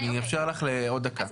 אני אאפשר לך עוד דקה.